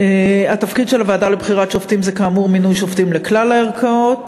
התפקיד של הוועדה לבחירת שופטים הוא כאמור מינוי שופטים לכלל הערכאות.